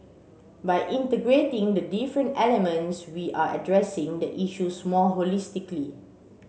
by integrating the different elements we are addressing the issues more holistically